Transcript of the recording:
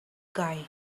guy